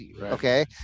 Okay